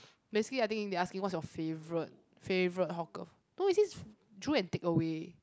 basically I think they asking what's your favourite favourite hawker no it says drool and take away